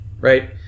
right